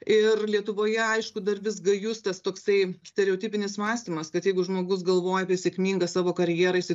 ir lietuvoje aišku dar vis gajus tas toksai stereotipinis mąstymas kad jeigu žmogus galvoja apie sėkmingą savo karjerą jisai